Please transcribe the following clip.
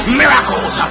miracles